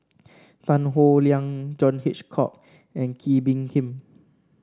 Tan Howe Liang John Hitchcock and Kee Bee Khim